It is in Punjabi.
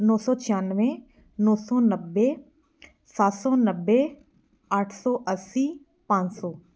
ਨੌ ਸੌ ਛਿਆਨਵੇਂ ਨੌ ਸੌ ਨੱਬੇ ਸੱਤ ਸੌ ਨੱਬੇ ਅੱਠ ਸੌ ਅੱਸੀ ਪੰਜ ਸੌ